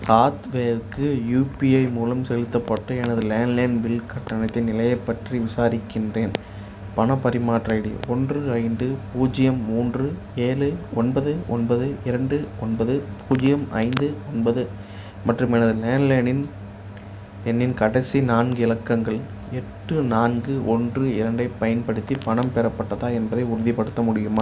ஹாத்வேக்கு UPI மூலம் செலுத்தப்பட்ட எனது லேண்ட்லைன் பில் கட்டணத்தின் நிலையைப் பற்றி விசாரிக்கின்றேன் பணப் பரிமாற்ற ஐடி ஒன்று ஐந்து பூஜ்ஜியம் மூன்று ஏழு ஒன்பது ஒன்பது இரண்டு ஒன்பது பூஜ்ஜியம் ஐந்து ஒன்பது மற்றும் எனது லேண்ட்லைனின் எண்ணின் கடைசி நான்கு இலக்கங்கள் எட்டு நான்கு ஒன்று இரண்டைப் பயன்படுத்தி பணம் பெறப்பட்டதா என்பதை உறுதிப்படுத்த முடியுமா